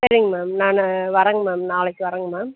சரிங்க மேம் நான் வரேங்க மேம் நாளைக்கு வரேங்க மேம்